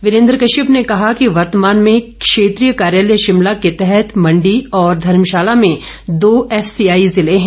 वीरेन्द्र कश्यप ने कहा कि वर्तमान में क्षेत्रीय कार्यालय शिमला के तहत मंडी और धर्मशाला में दो एफसीआई जिले हैं